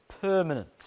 permanent